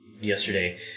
yesterday